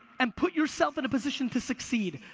and put yourself in a position to succeed.